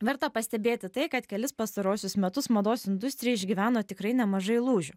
verta pastebėti tai kad kelis pastaruosius metus mados industrija išgyveno tikrai nemažai lūžių